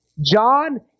John